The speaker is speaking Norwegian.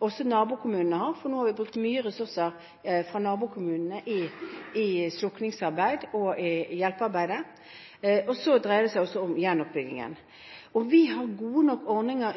også de utgiftene nabokommunene har, for nå har man brukt mye ressurser fra nabokommunene i slukningsarbeid og i hjelpearbeidet – og det dreier seg om gjenoppbyggingen. Vi har gode nok ordninger